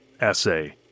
essay